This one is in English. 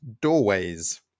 Doorways